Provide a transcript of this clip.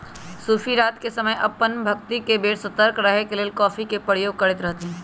सूफी रात के समय अप्पन भक्ति के बेर सतर्क रहे के लेल कॉफ़ी के प्रयोग करैत रहथिन्ह